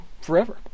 forever